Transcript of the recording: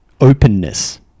openness